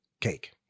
Cake